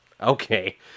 Okay